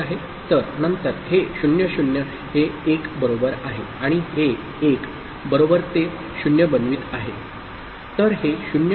तर नंतर हे 0 0 हे 1 बरोबर आहे आणि हे 1 बरोबर ते 0 बनवित आहे